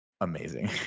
amazing